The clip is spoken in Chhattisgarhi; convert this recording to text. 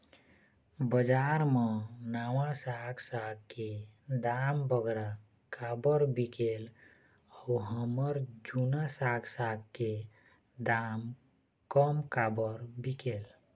बजार मा नावा साग साग के दाम बगरा काबर बिकेल अऊ हमर जूना साग साग के दाम कम काबर बिकेल?